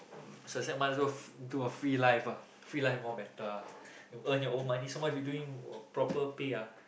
so sad months go fr~ do a free life ah free like more better ah you earn your own money some much you doing proper pay ah